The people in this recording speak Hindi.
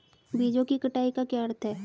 बीजों की कटाई का क्या अर्थ है?